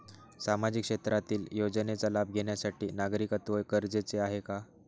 सामाजिक क्षेत्रातील योजनेचा लाभ घेण्यासाठी नागरिकत्व गरजेचे आहे का?